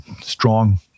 strong